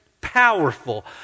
powerful